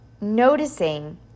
Noticing